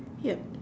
yup